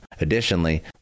Additionally